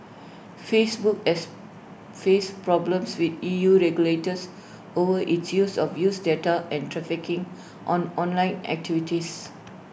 Facebook has faced problems with E U regulators over its use of user data and tracking on online activities